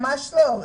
ממש לא.